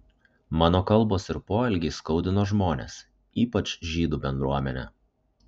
mano kalbos ir poelgiai skaudino žmones ypač žydų bendruomenę